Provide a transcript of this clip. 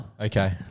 Okay